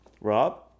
Rob